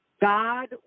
God